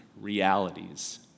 realities